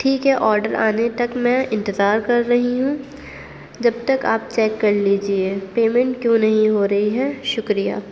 ٹھیک ہے آڈر آنے تک میں انتظار کر رہی ہوں جب تک آپ چیک کر لیجیے پیمنٹ کیوں نہیں ہو رہی ہے شکریہ